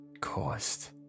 caused